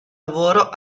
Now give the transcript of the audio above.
lavoro